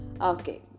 Okay